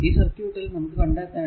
ഈ സർക്യൂട്ടിൽ നമുക്ക് കണ്ടെത്തേണ്ടത്